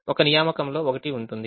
ఒక నియామకంలో ఒకటి మాత్రమే ఉంది